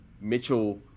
Mitchell –